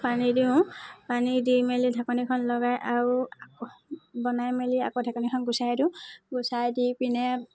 পানী দিওঁ পানী দি মেলি ঢাকনিখন লগাই আৰু বনাই মেলি আকৌ ঢাকনিখন গুচাই দিওঁ গুচাই দি পিনে